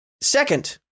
Second